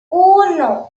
uno